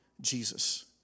Jesus